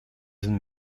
zijn